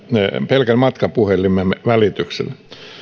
pelkän matkapuhelimen välityksellä